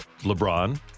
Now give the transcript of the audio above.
LeBron